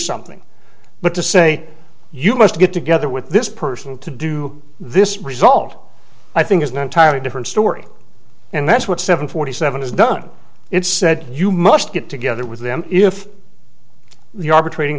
something but to say you must get together with this person to do this result i think is an entirely different story and that's what seven forty seven has done it's said you must get together with them if the arbitrating